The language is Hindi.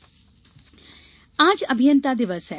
अभियंता दिवस आज अभियंता दिवस है